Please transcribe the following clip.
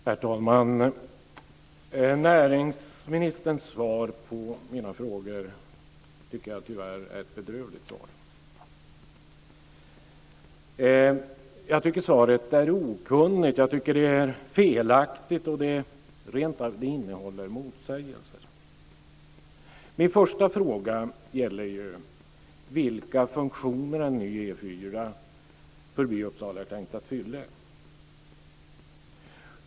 Herr talman! Näringsministerns svar på mina frågor tycker jag tyvärr är ett bedrövligt svar. Jag tycker att svaret är okunnigt. Det är felaktigt och innehåller rentav motsägelser. Min första fråga gällde vilka funktioner en ny E 4 förbi Uppsala är tänkt att fylla.